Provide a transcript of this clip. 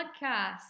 podcast